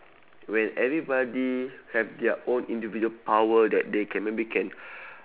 well everybody have their own individual power that they can maybe can